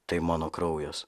tai mano kraujas